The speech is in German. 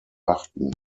achten